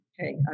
Okay